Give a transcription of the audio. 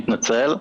אני מתנצל.